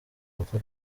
kuko